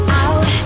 out